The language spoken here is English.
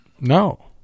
No